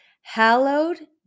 hallowed